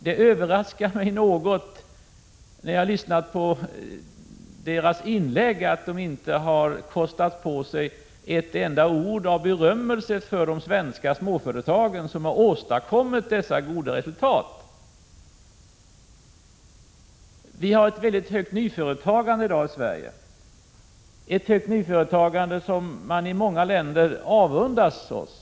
Det överraskar mig något att de i sina inlägg inte har kostat på sig ett enda ord av berömmelse för de svenska småföretagen, som har åstadkommit dessa goda resultat. Vi har ett mycket högt nyföretagande i Sverige i dag. Det är något som man i många länder avundas oss.